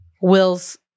Will's